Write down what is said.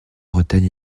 bretagne